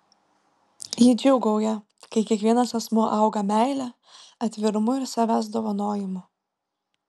ji džiūgauja kai kiekvienas asmuo auga meile atvirumu ir savęs dovanojimu